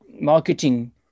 marketing